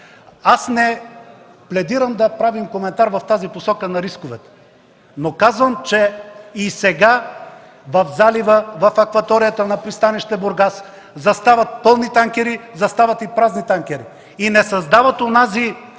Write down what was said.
Не пледирам да правим коментар в посока на рисковете, но казвам, че и сега в залива, в акваторията на пристанище Бургас, застават пълни танкери, застават и празни танкери и не създават онази